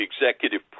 executive